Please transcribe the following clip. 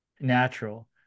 natural